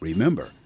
Remember